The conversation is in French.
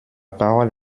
parole